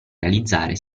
realizzare